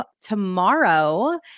Tomorrow